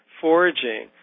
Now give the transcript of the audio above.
foraging